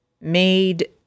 made